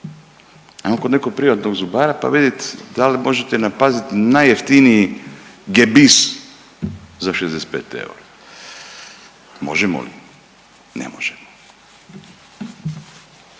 Ajmo kod nekog privatnog zubara pa vidit da li možete napraziti najjeftiniji gebis za 65 eura. Možemo? Ne možemo.